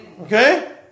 Okay